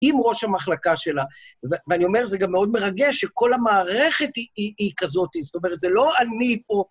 עם ראש המחלקה שלה. ואני אומר, זה גם מאוד מרגש שכל המערכת היא כזאת. זאת אומרת, זה לא אני פה...